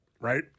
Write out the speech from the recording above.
right